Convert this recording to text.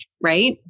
right